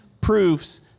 proofs